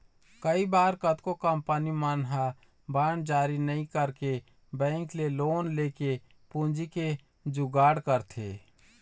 कई बार कतको कंपनी मन ह बांड जारी नइ करके बेंक ले लोन लेके पूंजी के जुगाड़ करथे